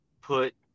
put